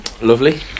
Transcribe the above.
Lovely